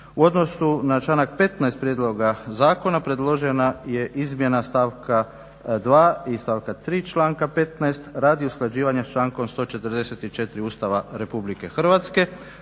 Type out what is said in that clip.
U odnosu na članak 15. prijedloga zakona predložena je izmjena stavka 2. i stavka 3. članka 15. radi usklađivanja s člankom 144. Ustava Republike Hrvatske.